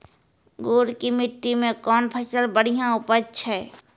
गुड़ की मिट्टी मैं कौन फसल बढ़िया उपज छ?